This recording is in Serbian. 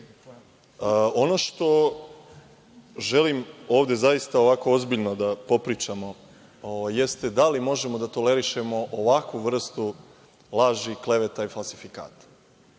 što želim, ovde zaista, ovako ozbiljno da popričamo, jeste da li možemo da tolerišemo ovakvu vrstu laži i kleveta i falsifikata.